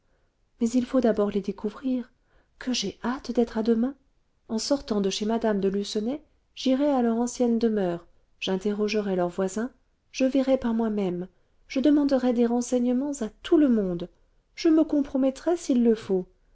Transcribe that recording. mais il faut d'abord les découvrir que j'ai hâte d'être à demain en sortant de chez mme de lucenay j'irai à leur ancienne demeure j'interrogerai leurs voisins je verrai par moi-même je demanderai des renseignements à tout le monde je me compromettrai s'il le faut